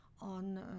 on